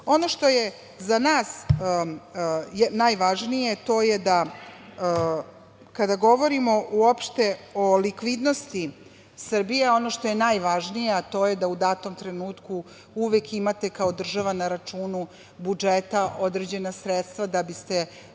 što je za nas najvažnije, to je da kada govorimo uopšte o likvidnosti Srbije, ono što je najvažnije, a to je da u datom trenutku uvek imate, kao država, na računu budžeta određena sredstva, da biste